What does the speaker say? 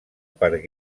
per